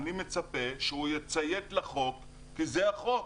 אני מצפה שהוא יציית לחוק כי זה החוק,